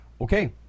Okay